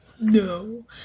No